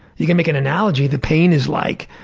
you can make an analogy, the pain is like.